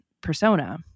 persona